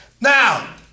Now